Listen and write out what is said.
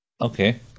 Okay